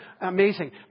amazing